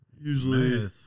Usually